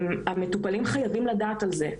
המטופלים חייבים לדעת על זה,